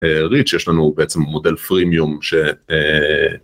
ריצ' יש לנו בעצם מודל פרימיום ש...